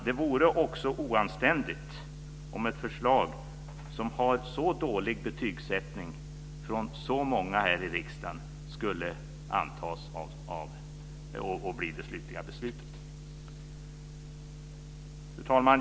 Det vore också oanständigt om ett förslag som har fått så dåligt betyg från så många här i riksdagen skulle antas och bli det slutliga beslutet. Fru talman!